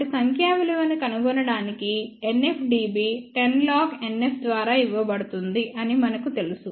కాబట్టి సంఖ్యా విలువను కనుగొనడానికి NFdB 10 లాగ్ NF ద్వారా ఇవ్వబడుతుంది అని మనకు తెలుసు